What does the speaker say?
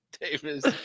Davis